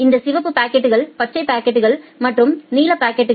இந்த சிவப்பு பாக்கெட்கள் பச்சை பாக்கெட்கள் மற்றும் நீல பாக்கெட்கள்